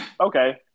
Okay